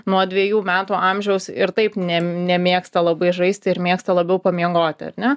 nuo dvejų metų amžiaus ir taip nem nemėgsta labai žaisti ir mėgsta labiau pamiegoti ar ne